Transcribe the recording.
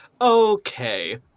okay